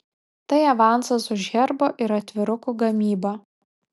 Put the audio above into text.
tai avansas už herbo ir atvirukų gamybą